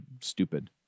stupid